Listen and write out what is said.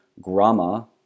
Grama